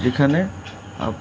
যেখানে